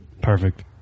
Perfect